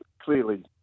clearly